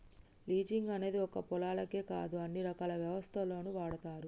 leasing అనేది ఒక్క పొలాలకే కాదు అన్ని రకాల వ్యవస్థల్లోనూ వాడతారు